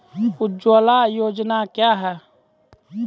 उजाला योजना क्या हैं?